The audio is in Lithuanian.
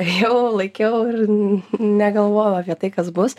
jau laikiau ir negalvojau apie tai kas bus